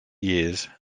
years